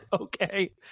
okay